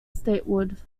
statehood